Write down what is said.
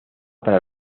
para